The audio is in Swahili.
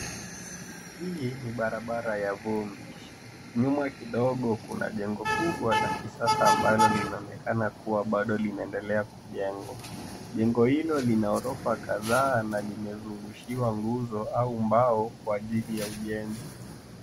Hii ni barabara ya vumbi. Nyuma kidogo kuna jengo kubwa la kisasa ambalo linaonekana kuwa bado linaendelea kujengwa. Jengo hilo lina orofa kadhaa na limezungushiwa nguzo au mbao kwa ajili ya ujenzi.